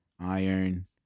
iron